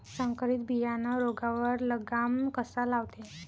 संकरीत बियानं रोगावर लगाम कसा लावते?